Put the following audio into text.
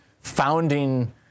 founding